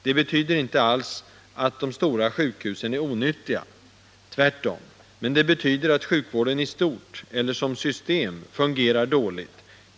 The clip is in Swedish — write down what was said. Det betyder alls inte att de stora sjukhusen är onyttiga. Tvärtom. Men det betyder att sjukvården i stort, eller som system, fungerar dåligt.